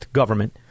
government